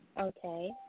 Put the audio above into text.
Okay